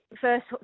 first